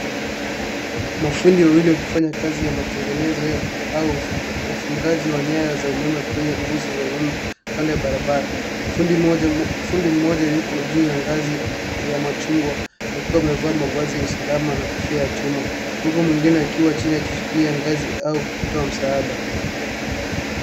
Mafundi wawili wakifanya kazi ya matengenezo au ufungaji wa nyaya za umeme kwenye nguzo za umeme kando ya barabara. Fundi mmoja yuko juu ya ngazi ya machungwa akiwa amevaa mavazi ya usalama na kofia ya chuma. Huku mwingine akiwa chini akishikilia ngazi au kutoa msaada.